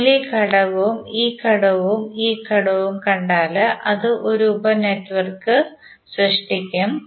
നിങ്ങൾ ഈ ഘടകവും ഈ ഘടകവും ഈ ഘടകവും കണ്ടാൽ അത് ഒരു ഉപ നെറ്റ്വർക്ക് സൃഷ്ടിക്കും